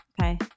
okay